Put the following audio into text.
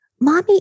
Mommy